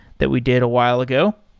that we did a while ago.